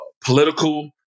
political